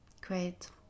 great